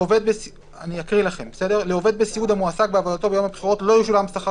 אני אקריא לכם: לעובד בסיעוד המועסק בעבודתו ביום הבחירות לא ישולם שכר